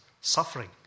suffering